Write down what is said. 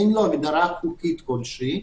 אין לו הגדרה חוקית כלשהי,